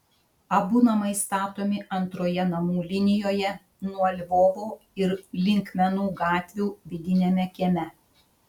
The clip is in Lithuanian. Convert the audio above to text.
abu namai statomi antroje namų linijoje nuo lvovo ir linkmenų gatvių vidiniame kieme